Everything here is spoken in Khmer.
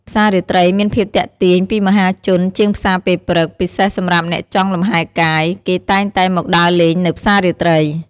ផ្សាររាត្រីមានភាពទាក់ទាញពីមហាជនជាងផ្សារពេលព្រឹក ពិសេសសម្រាប់អ្នកចង់លំហែរកាយ គេតែងតែមកដើរលេងនៅផ្សាររាត្រី។